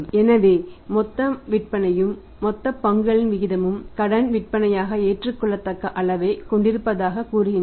எனவே மொத்த விற்பனையும் மொத்த பங்குகளின் விகிதமும் கடன் விற்பனையாக ஏற்றுக்கொள்ளத்தக்க அளவைக் கொண்டிருப்பதாகக் கூறுகின்றன